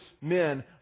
men